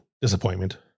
disappointment